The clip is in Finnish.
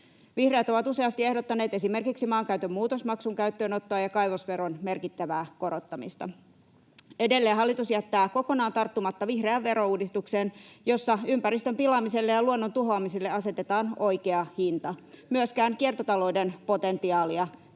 Vihreät ovat useasti ehdottaneet esimerkiksi maankäytön muutosmaksun käyttöönottoa ja kaivosveron merkittävää korottamista. Edelleen hallitus jättää kokonaan tarttumatta vihreään verouudistukseen, jossa ympäristön pilaamiselle ja luonnon tuhoamiselle asetetaan oikea hinta. [Hannu Hoskonen: Milläs me